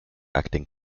acting